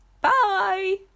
Bye